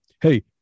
Hey